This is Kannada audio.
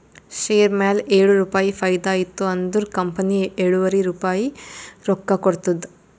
ಶೇರ್ ಮ್ಯಾಲ ಏಳು ರುಪಾಯಿ ಫೈದಾ ಇತ್ತು ಅಂದುರ್ ಕಂಪನಿ ಎಳುವರಿ ರುಪಾಯಿ ರೊಕ್ಕಾ ಕೊಡ್ತುದ್